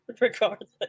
Regardless